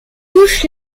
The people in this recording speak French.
touche